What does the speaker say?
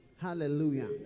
Hallelujah